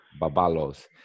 Babalos